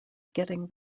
getting